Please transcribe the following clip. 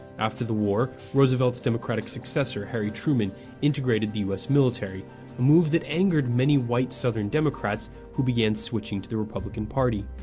after the war roosevelt's democratic successor harry truman integrated the u s. military a move that angered many white southern democrats who began switching to the republican party.